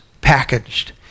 packaged